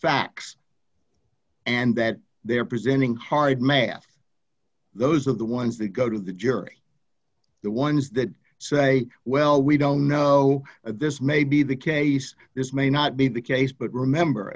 facts and that they're presenting hard math those are the ones that go to the jury the ones that say well we don't know this may be the case this may not be the case but remember